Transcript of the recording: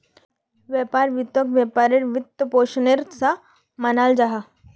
व्यापार वित्तोक व्यापारेर वित्त्पोशानेर सा मानाल जाहा